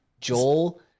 Joel